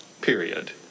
period